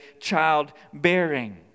childbearing